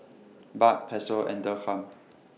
Baht Peso and Dirham